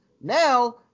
now